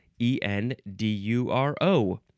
E-N-D-U-R-O